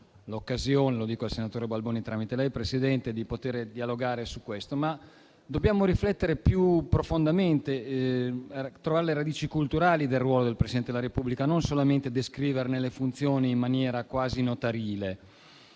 lei, signora Presidente - non ho avuto l'occasione di dialogare su questo, ma dobbiamo riflettere più profondamente e trovare le radici culturali del ruolo del Presidente della Repubblica, non solamente descriverne le funzioni in maniera quasi notarile.